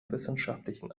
wissenschaftlichen